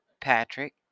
Patrick